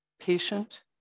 patient